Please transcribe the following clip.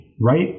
right